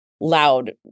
loud